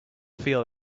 feel